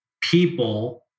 people